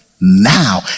now